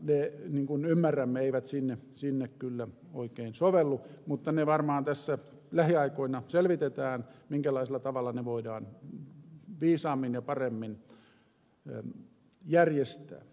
niin kuin ymmärrämme ne eivät sinne kyllä oikein sovellu mutta varmaan tässä lähiaikoina selvitetään minkälaisella tavalla ne voidaan viisaammin ja paremmin järjestää